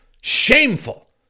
shameful